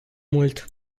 mult